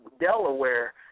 Delaware